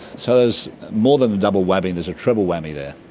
so there's more than a double whammy, there's a triple whammy there.